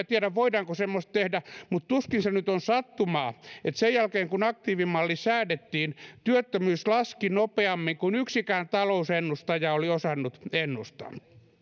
tiedä voiko sellaista tehdä mutta tuskin se nyt on sattumaa että sen jälkeen kun aktiivimalli säädettiin työttömyys laski nopeammin kuin yksikään talousennustaja oli osannut ennustaa